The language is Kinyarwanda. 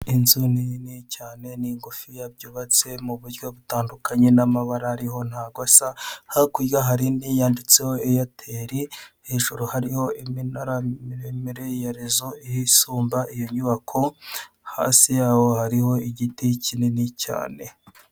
Inzu ni nini cyane n'ingufiya byubatse mu buryo butandukanye, n'amabara ariho ntabwo asa, hakurya hari indi yanditseho eyateli, hejuru hariho iminara miremire ya rezo isumba iyo nyubako, hasi yaho hariho igiti kinini cyane.